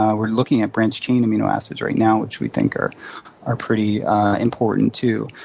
ah we're looking at branched-chain amino acids right now, which we think are are pretty important too.